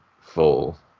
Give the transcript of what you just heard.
full